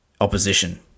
opposition